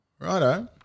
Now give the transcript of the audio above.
Righto